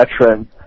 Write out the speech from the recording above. veteran